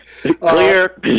Clear